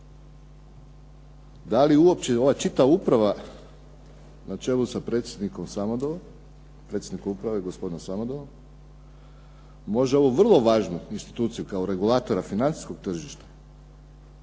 da li uopće ova čitava uprava na čelu sa predsjednikom Samodolom, predsjednikom upravo gospodinom Samodolom može ovu vrlo važnu instituciju, kao regulatora financijskog tržišta,